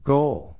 Goal